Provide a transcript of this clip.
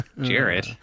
Jared